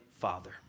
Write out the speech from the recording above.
Father